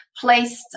placed